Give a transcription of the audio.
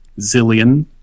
zillion